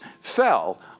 fell